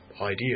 idea